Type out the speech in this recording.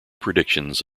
predictions